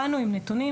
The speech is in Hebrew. באנו עם נתונים.